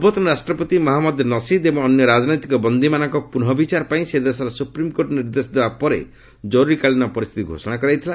ପୂର୍ବତନ ରାଷ୍ଟ୍ରପତି ମହମ୍ମଦ ନସିଦ୍ ଏବଂ ଅନ୍ୟ ରାଜନୈତିକ ବନ୍ଦୀମାନଙ୍କ ପୁନଃ ବିଚାର ପାଇଁ ସେ ଦେଶର ସୁପ୍ରିମକୋର୍ଟ ନିର୍ଦ୍ଦେଶ ଦେବା ପରେ ଜରୁରୀକାଳୀନ ପରିସ୍ଥିତି ଘୋଷଣା କରାଯାଇଥିଲା